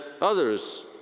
others